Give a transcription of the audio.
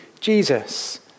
Jesus